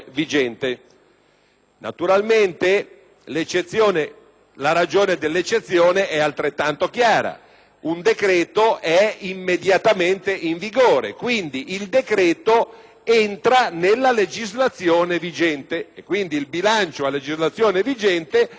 Naturalmente, la ragione dell'eccezione è altrettanto chiara: un decreto-legge è immediatamente in vigore, pertanto il decreto entra nella legislazione vigente. Quindi, il bilancio a legislazione vigente registra